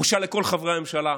בושה לכל חברי הממשלה,